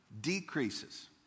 decreases